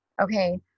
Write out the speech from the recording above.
Okay